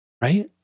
right